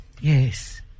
yes